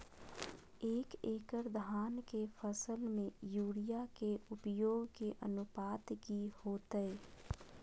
एक एकड़ धान के फसल में यूरिया के उपयोग के अनुपात की होतय?